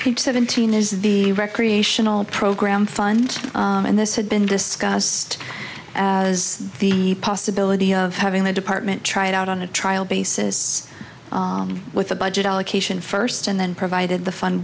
threatened seventeen is the recreational program funds and this had been discussed as the possibility of having the department try it out on a trial basis with a budget allocation first and then provided the fund